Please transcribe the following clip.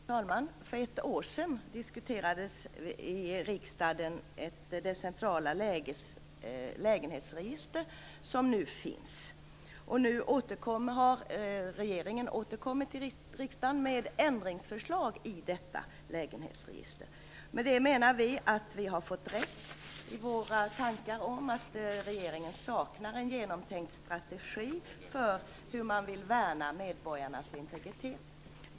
Fru talman! För ett år sedan diskuteras i riksdagen det centrala lägenhetsregister som nu finns. Regeringen återkommer nu till riksdagen med ett förslag till ändring i detta register. Med det har vi fått rätt i våra tankar om att regeringen saknar en genomtänkt strategi för hur man vill värna medborgarnas integritet.